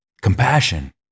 compassion